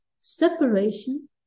separation